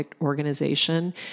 organization